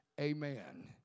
amen